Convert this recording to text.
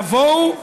יבואו,